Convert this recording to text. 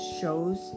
shows